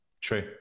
True